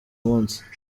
umunsi